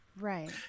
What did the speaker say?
right